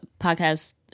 podcast